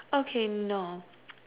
okay no